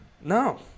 No